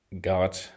God